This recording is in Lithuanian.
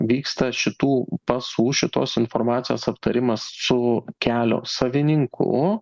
vyksta šitų pasų šitos informacijos aptarimas su kelio savininku